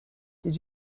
did